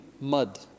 mud